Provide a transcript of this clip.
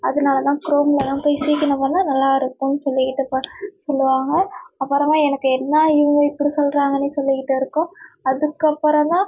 அதனால தான் க்ரோம்லெலா போய் பண்ணிணா நல்லா இருக்குன்னு சொல்லிகிட்டுப்பார் சொல்லுவாங்க அப்புறமா எனக்கு என்ன இவங்க இப்படி சொல்லுறாங்களே சொல்லிகிட்டு இருக்கும் அதுக்கப்புறோம் தான்